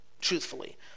truthfully